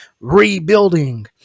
rebuilding